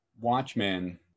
Watchmen